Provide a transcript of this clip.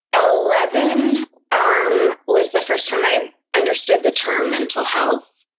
ah eleven um was the first time i understood the term mental health.